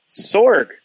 Sorg